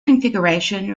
configuration